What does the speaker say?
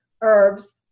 herbs